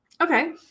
Okay